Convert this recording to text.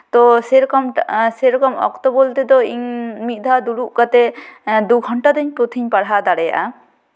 ᱛᱳ ᱥᱮᱨᱚᱠᱚᱢ ᱥᱮᱨᱚᱠᱚᱢ ᱚᱠᱛᱚ ᱵᱚᱞᱛᱮ ᱫᱚ ᱤᱧ ᱢᱤᱫ ᱫᱷᱟᱣ ᱫᱩᱲᱩᱵᱽ ᱠᱟᱛᱮᱫ ᱫᱩ ᱜᱷᱚᱱᱴᱟ ᱫᱚ ᱯᱩᱛᱷᱤᱧ ᱯᱟᱲᱦᱟᱣ ᱫᱟᱲᱮᱭᱟᱜᱼᱟ